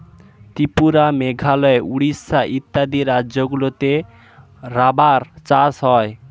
ত্রিপুরা, মেঘালয়, উড়িষ্যা ইত্যাদি রাজ্যগুলিতে রাবার চাষ হয়